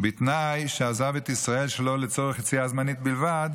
בתנאי שעזב את ישראל שלא לצורך יציאה זמנית בלבד,